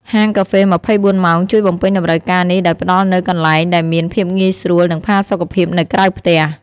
ហាងកាហ្វេ ២៤ ម៉ោង ជួយបំពេញតម្រូវការនេះដោយផ្តល់នូវកន្លែងដែលមានភាពងាយស្រួល និងផាសុកភាពនៅក្រៅផ្ទះ។